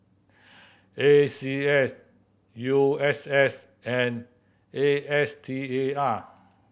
A C S U S S and A S T A R